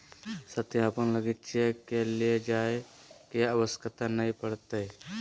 सत्यापन लगी चेक के ले जाय के आवश्यकता नय पड़तय